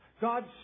God